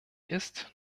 ist